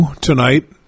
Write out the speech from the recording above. tonight